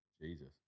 Jesus